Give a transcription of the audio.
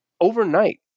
overnight